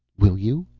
will you?